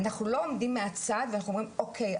אנחנו לא עומדים מהצד ואומרים אוקי,